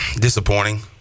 Disappointing